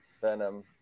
venom